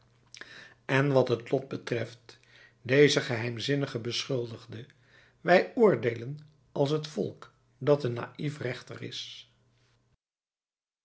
en wat het lot betreft dezen geheimzinnigen beschuldigde wij oordeelen als het volk dat een naïef rechter is